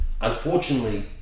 Unfortunately